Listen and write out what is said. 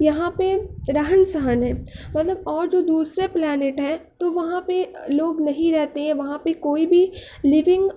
یہاں پہ رہن سہن ہے مطلب اور جو دوسرے پلانیٹ ہیں تو وہاں پہ لوگ نہیں رہتے ہیں وہاں پہ کوئی بھی لیونگ